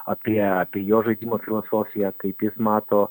apie apie jo žaidimo filosofiją kaip jis mato